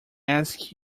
ask